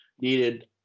needed